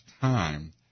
time